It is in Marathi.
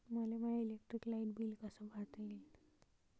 मले माय इलेक्ट्रिक लाईट बिल कस भरता येईल?